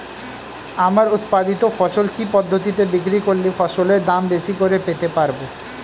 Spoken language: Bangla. আমার উৎপাদিত ফসল কি পদ্ধতিতে বিক্রি করলে ফসলের দাম বেশি করে পেতে পারবো?